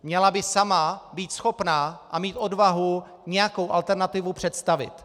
Měla by sama být schopna a mít odvahu nějakou alternativu představit.